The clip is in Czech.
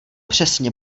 přesně